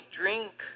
drink